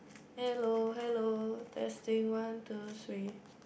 hello hello testing one two three